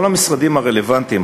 כל המשרדים הרלוונטיים,